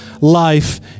life